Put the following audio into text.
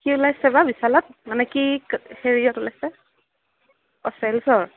কি ওলাইছে বা বিশালত মানে কি হেৰিয়াত ওলাইছে অঁ চেলচৰ